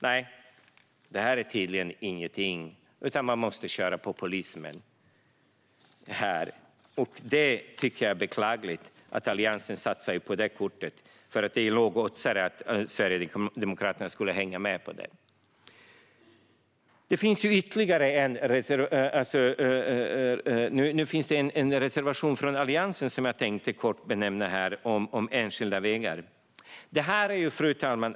Nej, det här är tydligen ingenting, utan man måste köra populismen. Jag tycker att det är beklagligt att Alliansen satsar på det kortet, för det är en lågoddsare att Sverigedemokraterna hänger med på det. Det finns en reservation från Alliansen om enskilda vägar som jag tänkte beröra kort.